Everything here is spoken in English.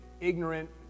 ignorant